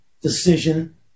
decision